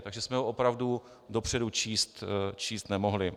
Takže jsme ho opravdu dopředu číst nemohli.